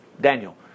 Daniel